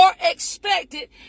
expected